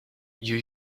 you